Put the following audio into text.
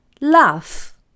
laugh